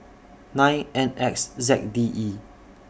nine N X Z D E